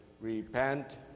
Repent